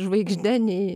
žvaigžde nei